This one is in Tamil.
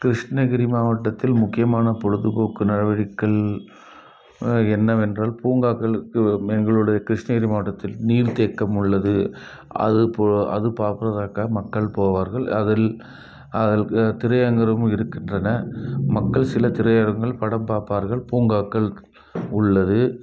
கிருஷ்ணகிரி மாவட்டத்தில் முக்கியமான பொழுதுபோக்கு நடவடிக்கைகள் என்னவென்றால் பூங்காக்கள் இருக்குது எங்களுடைய கிருஷ்ணகிரி மாவட்டத்தில் நீர் தேக்கம் உள்ளது அதுப்போல் அது பார்க்கறதுக்காக மக்கள் போவார்கள் அதில் அதில் திரையரங்கரமும் இருக்கின்றன மக்கள் சில திரையரங்குகள் படம் பார்ப்பார்கள் பூங்காக்கள் உள்ளது